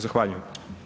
Zahvaljujem.